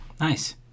Nice